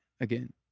again